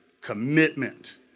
commitment